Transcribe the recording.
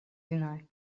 zināju